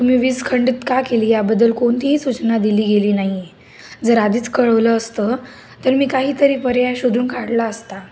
तुम्ही वीज खंडित का केली याबद्दल कोणतीही सूचना दिली गेली नाही जर आधीच कळवलं असतं तर मी काहीतरी पर्याय शोधून काढला असता